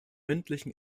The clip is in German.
mündlichen